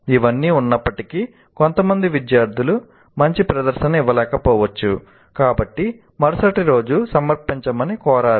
ఇవన్నీ ఉన్నప్పటికీ కొంతమంది విద్యార్థులు మంచి ప్రదర్శన ఇవ్వలేకపోవచ్చు కాబట్టి మరుసటి రోజు సమర్పించమని కోరారు